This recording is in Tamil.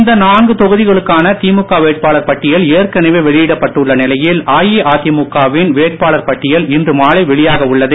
இந்நான்கு தொகுதிகளுக்கான திமுக வேட்பாளர் பட்டியல் ஏற்கனவே வெளியிடப்பட்டுள்ள நிலையில் அஇஅதிமுகவின் வேட்பாளர் பட்டியல் இன்று மாலை வெளியாக உள்ளது